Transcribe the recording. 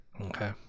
Okay